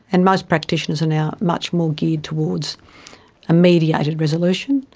and most practitioners are now much more geared towards a mediated resolution.